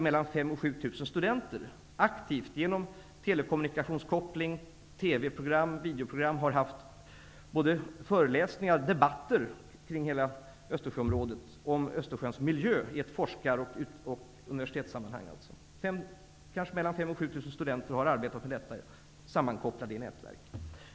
Mellan 5 000 och 7 000 studenter deltar aktivt genom telekommunikationskoppling, TV-program och videoprogram. Man har haft både föreläsningar och debatter kring hela 7 000 studenter har arbetat med detta, sammankopplade i nätverk.